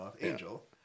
Angel